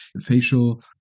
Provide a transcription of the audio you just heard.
facial